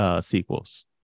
sequels